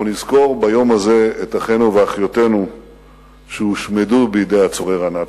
אנחנו נזכור ביום הזה את אחינו ואחיותינו שהושמדו בידי הצורר הנאצי.